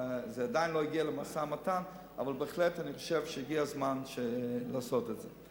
זה עדיין לא הגיע למשא-ומתן אבל בהחלט אני חושב שהגיע הזמן לעשות את זה.